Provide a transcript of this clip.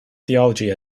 theology